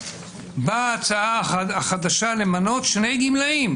באה ההצעה החדשה למנות שני גמלאים,